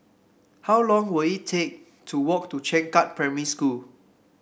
how long will it take to walk to Changkat Primary School